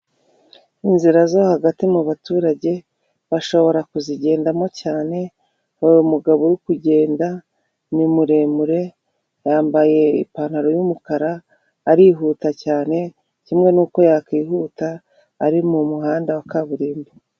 Inzira zo hagati mu baturage bashobora kuzigendamo cyane hari umugabo uri kugenda ni muremure yambaye ipantaro y'umukara arihuta cyane kimwe nuko yakwihuta ari mu muhanda wa kaburimbo.